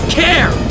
care